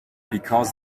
because